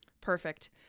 Perfect